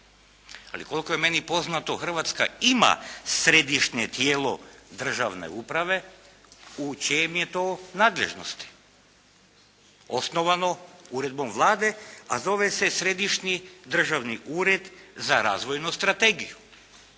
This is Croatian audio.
Ali koliko je meni poznato, Hrvatska ima središnje tijelo državne uprave u čem je to nadležnosti osnovano uredbom Vlade, a zove se Središnji državni ured za razvojnu strategiju.